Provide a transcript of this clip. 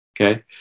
Okay